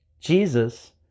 Jesus